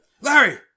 Larry